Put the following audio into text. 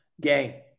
Gang